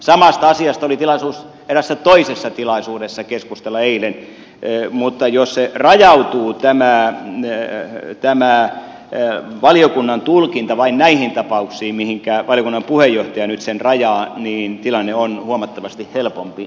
samasta asiasta oli tilaisuus eräässä toisessa tilaisuudessa keskustella eilen mutta jos se rajautuu tänään ja yrittämään tämä valiokunnan tulkinta rajautuu vain näihin tapauksiin mihinkä valiokunnan puheenjohtaja nyt sen rajaa niin tilanne on huomattavasti helpompi siinä tilanteessa